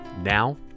now